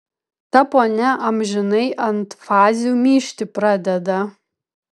ta ponia amžinai ant fazių myžti pradeda